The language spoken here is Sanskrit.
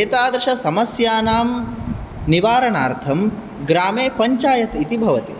एतादृशसमस्यानां निवारणार्थं ग्रामे पञ्चायत् इति भवति